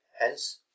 Hence